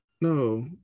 no